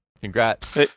Congrats